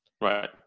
Right